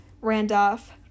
Randolph